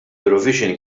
eurovision